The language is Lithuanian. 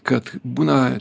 kad būna